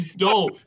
No